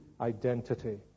identity